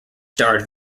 starred